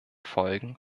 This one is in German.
folgen